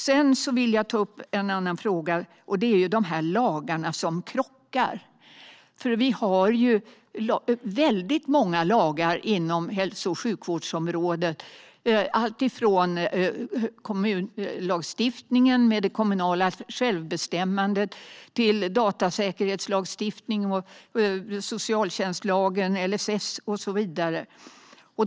Jag vill även ta upp en annan fråga, och det handlar om lagarna som krockar med varandra. Det finns många lagar inom hälso och sjukvårdsområdet, alltifrån kommunlagstiftningen med det kommunala självbestämmandet till datasäkerhetslagstiftning, socialtjänstlagen, LSS och så vidare.